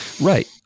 Right